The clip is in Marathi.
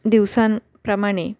दिवसांप्रमाणे